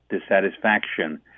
dissatisfaction